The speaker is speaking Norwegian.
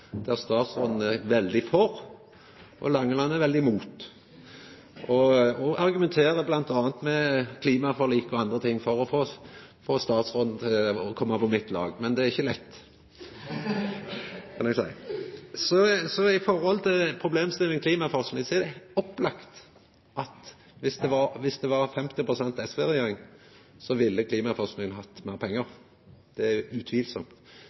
der statsråden er veldig for, og Langeland er veldig mot og argumenterer bl.a. med klimaforliket og andre ting for å få statsråden til å koma på mitt lag. Men det er ikkje lett, kan eg seia! Så til problemstillinga med klimaforsking: Det er opplagt at viss det var 50 pst. SV-regjering, ville klimaforskinga hatt meir pengar. Det er utvilsamt.